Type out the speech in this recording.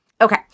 Okay